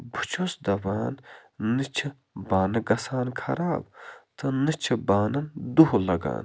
بہٕ چھُس دَپان نہٕ چھِ بانہٕ گژھان خراب تہٕ نہٕ چھِ بانَن دُہہ لَگان